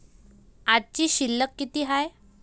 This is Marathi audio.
आजची शिल्लक किती हाय?